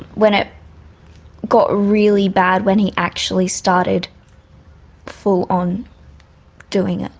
when it got really bad, when he actually started full-on doing it.